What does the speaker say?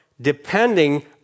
depending